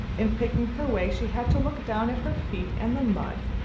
in picking her way she had to look down at her feet and the mud,